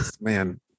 man